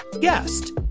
guest